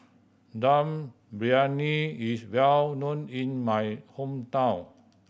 Dum Briyani is well known in my hometown